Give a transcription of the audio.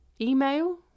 Email